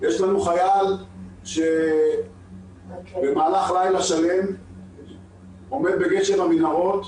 יש לנו חייל שבמהלך לילה שלם עומד בגשר המנהרות.